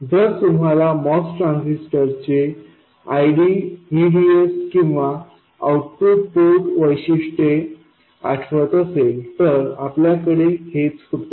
जर तुम्हाला MOS ट्रान्झिस्टरचे ID VDSकिंवा आउटपुट पोर्ट वैशिष्ट्ये आठवत असेल तर आपल्याकडे हेच होते